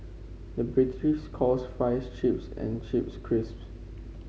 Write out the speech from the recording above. the British calls fries chips and chips crisps